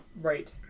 right